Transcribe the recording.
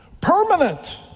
permanent